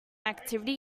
activity